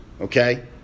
Okay